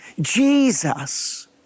Jesus